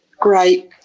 Great